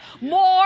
more